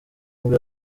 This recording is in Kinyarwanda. nibwo